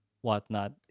whatnot